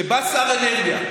כשבא שר אנרגיה,